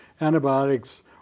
antibiotics